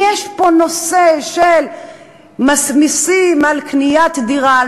יש פה נושא של מסים על קניית דירה,